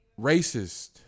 racist